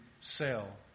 sell